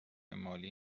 مالی